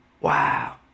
Wow